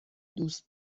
دوست